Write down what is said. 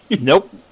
Nope